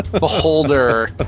beholder